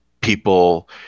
people